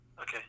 Okay